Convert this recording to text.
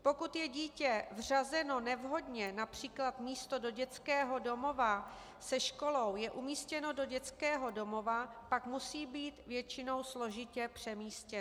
Pokud je dítě vřazeno nevhodně, např. místo do dětského domova se školou je umístěno do dětského domova, pak musí být většinou složitě přemístěno.